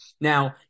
Now